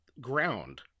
ground